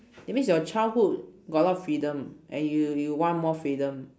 that means your childhood got a lot of freedom and you you want more freedom